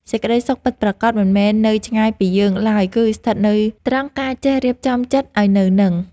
សេចក្តីសុខពិតប្រាកដមិនមែននៅឆ្ងាយពីយើងឡើយគឺស្ថិតនៅត្រង់ការចេះរៀបចំចិត្តឱ្យនៅនឹង។